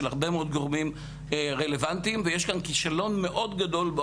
הרבה מאוד גורמים רלוונטיים ויש גם כישלון מאד גדול,